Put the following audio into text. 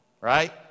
right